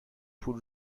پول